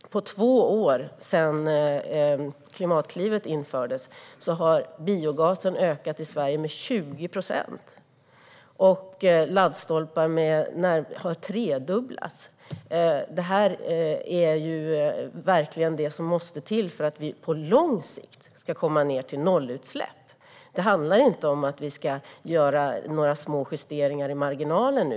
Under de två år som har gått sedan Klimatklivet infördes har användningen av biogas ökat med 20 procent. Antalet laddstolpar har tredubblats. Det är detta som måste till för att vi på lång sikt ska komma ned till nollutsläpp. Det handlar inte om några små justeringar i marginalen.